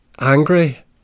angry